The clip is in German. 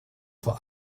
vor